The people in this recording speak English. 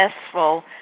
successful